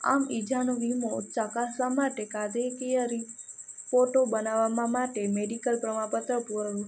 આમ ઇજાનો વીમો ચકાસવા માટે કાયદેકીય રીપોર્ટો બનાવવામાં માટે મેડિકલ પ્રમાણપત્ર પુર